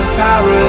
power